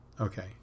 Okay